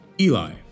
Eli